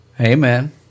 Amen